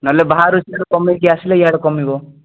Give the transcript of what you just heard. ନହେଲେ ବାହାରୁ ସିଆଡ଼େ କମେଇକି ଆସିଲେ ଇଆଡ଼େ କମିବ